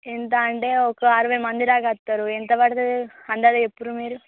ఎంత అంటే ఒక అరవై మంది దాకా వస్తారు ఎంత పడుతుంది అందాజు చెప్పుర్రు మీరు